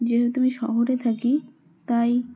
যেহেতু আমি শহরে থাকি তাই